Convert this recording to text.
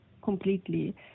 Completely